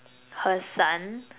her son